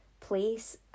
place